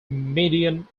median